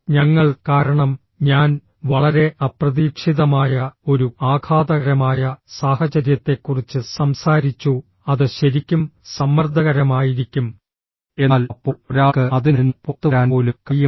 ഞങ്ങൾ കാരണം ഞാൻ വളരെ അപ്രതീക്ഷിതമായ ഒരു ആഘാതകരമായ സാഹചര്യത്തെക്കുറിച്ച് സംസാരിച്ചു അത് ശരിക്കും സമ്മർദ്ദകരമായിരിക്കും എന്നാൽ അപ്പോൾ ഒരാൾക്ക് അതിൽ നിന്ന് പുറത്തുവരാൻ പോലും കഴിയും